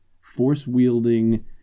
force-wielding